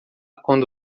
quando